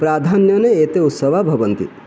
प्राधान्येन एते उत्सवाः भवन्ति